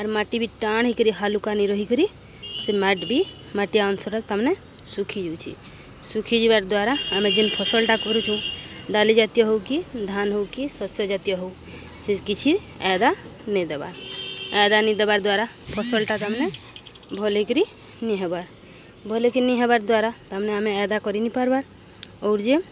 ଆର୍ ମାଟି ବି ଟାଣ ହେଇକରି ହାଲୁକା ନି ରହିକରି ସେ ମାଟ ବି ମାଟିଆ ଅଂଶଟାରେ ତାମାନେ ଶୁଖି ଯୁଛି ଶୁଖିଯିବାର ଦ୍ୱାରା ଆମେ ଯେନ୍ ଫସଲଟା କରୁଛୁଁ ଡାଲି ଜାତୀୟ ହଉ କି ଧାନ ହଉ କି ଶସ୍ୟ ଜାତୀୟ ହଉ ସେ କିଛି ଆଦା ନେଇଦବାର୍ ଆଦା ନେଇଦବାର୍ ଦ୍ୱାରା ଫସଲଟା ତାମାନେ ଭଲ ହେଇକିରି ନି ହେବାର୍ ଭଲ ହେକିରି ନି ହେବାର ଦ୍ୱାରା ତମେ ଆମେ ଆଦା କରିନି ପାର୍ବାର୍ ଆଉର୍ ଯେ